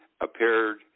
appeared